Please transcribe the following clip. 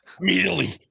immediately